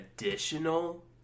additional